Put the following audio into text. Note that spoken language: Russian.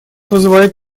вызывает